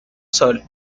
sol